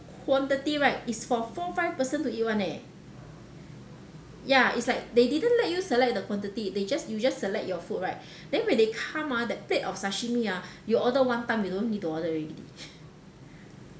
quantity right is for four five person to eat [one] leh ya it's like they didn't let you select the quantity they just you just select your food right then when they come ah that plate of sashimi ah you order one time you don't need to order already